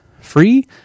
free